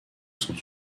sont